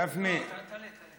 גפני, לא, תעלה, תעלה.